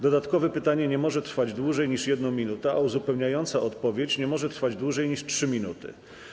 Dodatkowe pytanie nie może trwać dłużej niż 1 minutę, a uzupełniająca odpowiedź nie może trwać dłużej niż 3 minuty.